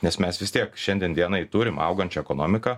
nes mes vis tiek šiandien dienai turim augančią ekonomiką